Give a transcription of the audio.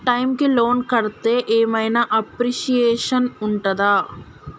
Time కి loan కడ్తే ఏం ఐనా అప్రిషియేషన్ ఉంటదా?